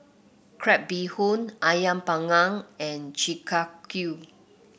Crab Bee Hoon ayam panggang and Chi Kak Kuih